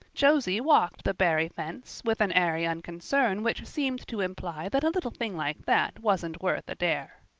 josie walked the barry fence with an airy unconcern which seemed to imply that a little thing like that wasn't worth a dare.